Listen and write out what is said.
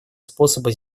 способа